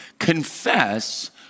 confess